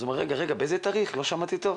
אז הוא אומר 'רגע, באיזה תאריך, לא שמעתי טוב'.